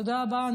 תודה רבה,